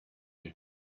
you